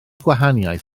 gwahaniaeth